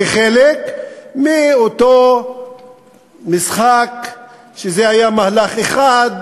כחלק מאותו משחק, זה היה מהלך אחד.